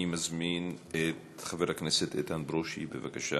אני מזמין את חבר הכנסת איתן ברושי, בבקשה.